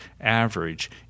average